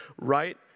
right